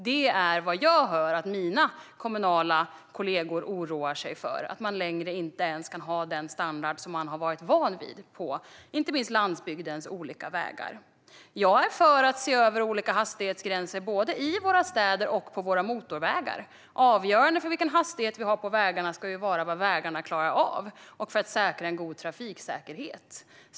Det är vad jag hör att mina kommunala kollegor oroar sig för: att man inte längre ens kan ha den standard som man har varit van vid att ha, inte minst på landsbygdens olika vägar. Jag är för att man ska se över olika hastighetsgränser både i våra städer och på våra motorvägar. Avgörande för vilken hastighet vi har på vägarna ska vara vad vägarna klarar av och vad som behövs för att säkra en god trafiksäkerhet.